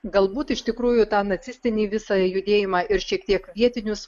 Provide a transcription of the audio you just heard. galbūt iš tikrųjų tą nacistinį visą judėjimą ir šiek tiek vietinius